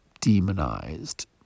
demonized